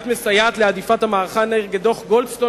את מסייעת להדיפת המערכה נגד דוח גולדסטון,